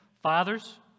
Fathers